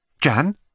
Jan